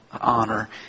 honor